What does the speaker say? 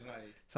Right